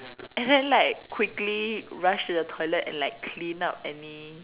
and then like quickly rush to the toilet and like clean up any